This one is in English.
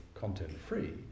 content-free